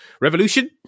revolution